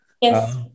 Yes